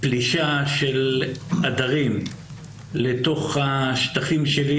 פלישה של עדרים לתוך השטחים שלי,